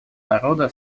народа